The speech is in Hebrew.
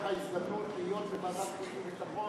הייתה לך הזדמנות להיות בוועדת החוץ והביטחון,